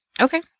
Okay